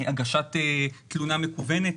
הגשת תלונה מקוונת,